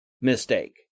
mistake